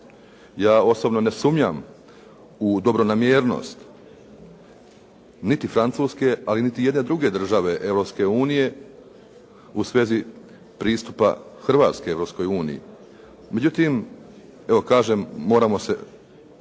Ja osobno ne sumnjam u dobronamjernost niti Francuske ali niti jedne druge države Europske unije u svezi pristupa Hrvatske Europskoj uniji. Međutim, evo kažem, moramo se,